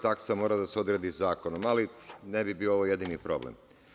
Taksa mora da se odredi zakonom, ali ne bi bio ovo jedini problem.